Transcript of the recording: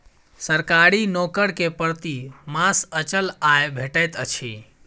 सरकारी नौकर के प्रति मास अचल आय भेटैत अछि